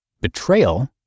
betrayal